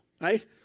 right